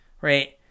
Right